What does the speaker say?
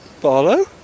Barlow